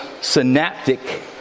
synaptic